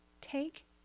take